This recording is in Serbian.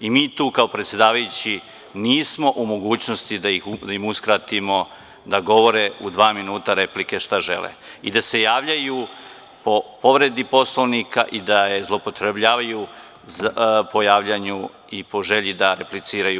i mi tu, kao predsedavajući, nismo u mogućnosti da im uskratimo da govore šta žele u dva minuta replike, kao i da se javljaju po povredi Poslovnika i da je zloupotrebljavaju po javljanju i po želji da repliciraju.